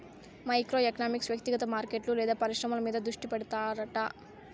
micro economics వ్యక్తిగత మార్కెట్లు లేదా పరిశ్రమల మీద దృష్టి పెడతాడట